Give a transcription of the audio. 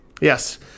Yes